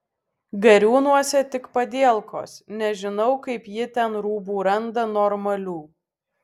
gariūnuose tik padielkos nežinau kaip ji ten rūbų randa normalių